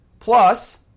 Plus